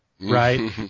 Right